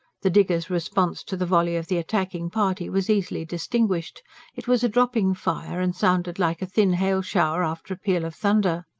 the diggers' response to the volley of the attacking party was easily distinguished it was a dropping fire, and sounded like a thin hail-shower after a peal of thunder.